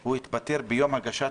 שהוא התפטר ביום הגשת